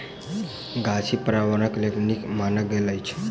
गाछी पार्यावरणक लेल नीक मानल गेल अछि